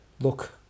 look